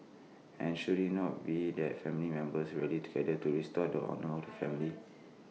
and should IT not be that family members rally together to restore the honour of the family